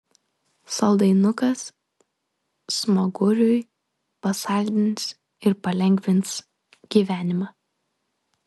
saldainukas smaguriui pasaldins ir palengvins gyvenimą